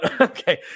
okay